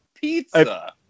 pizza